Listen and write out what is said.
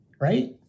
right